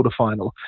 quarterfinal